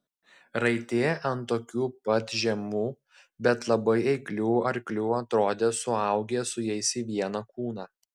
raiti ant tokių pat žemų bet labai eiklių arklių atrodė suaugę su jais į vieną kūną